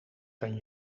kan